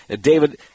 David